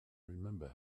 remember